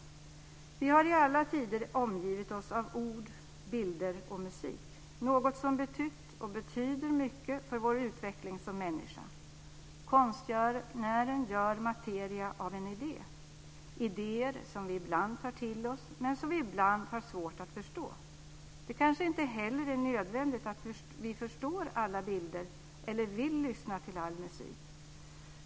Vi har i alla tider omgivit oss av ord, bilder och musik, något som betytt och betyder mycket för vår utveckling som människa. Konstnären gör materia av en idé, idéer som vi ibland tar till oss, men som vi ibland har svårt att förstå. Det kanske inte heller är nödvändigt att vi förstår alla bilder eller vill lyssna till all musik.